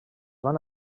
van